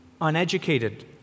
uneducated